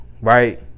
right